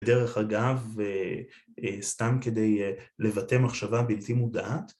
דרך אגב, סתם כדי לבטא מחשבה בלתי מודעת